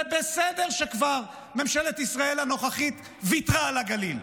זה בסדר שממשלת ישראל הנוכחית כבר ויתרה על הגליל.